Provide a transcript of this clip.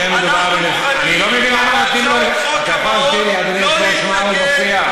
אנחנו מוכנים בהצעות החוק הבאות לא להתנגד כדי שתורידו את החוק.